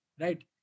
Right